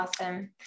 awesome